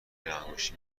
لاانگشتی